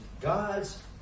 God's